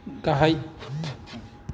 गाहाय